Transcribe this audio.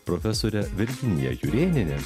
profesore virginija jurėniene